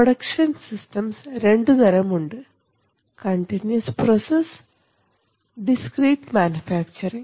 production systems രണ്ടുതരമുണ്ട് continuous process discrete manufacturing